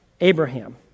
Abraham